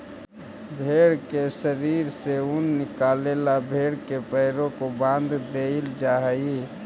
भेंड़ के शरीर से ऊन निकाले ला भेड़ के पैरों को बाँध देईल जा हई